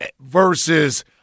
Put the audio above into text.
versus